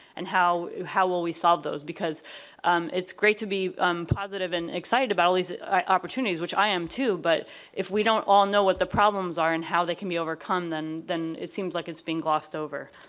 and how how will we solve those? because it's great to be positive and excited about all these opportunities which i am too but if we don't all know what the problems are and how they can be overcome then then it seems like it's being glossed over.